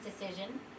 decision